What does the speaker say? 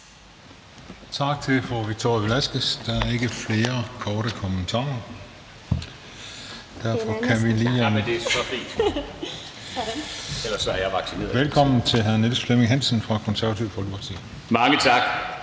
Tak til fru Victoria Velasquez. Der er ikke flere korte bemærkninger. Derfor kan vi sige velkommen til hr. Niels Flemming Hansen fra Det Konservative Folkeparti. Kl.